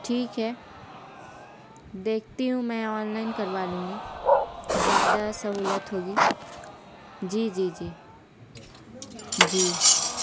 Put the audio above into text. ٹھیک ہے دیکھتی ہوں میں آن لائن کروا لوں گی زیادہ سہولت ہوگی جی جی جی جی